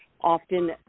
often